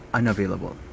unavailable